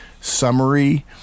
summary